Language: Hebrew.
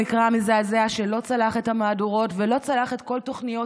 המקרה המזעזע שלא צלח את המהדורות ולא צלח את כל תוכניות